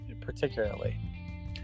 particularly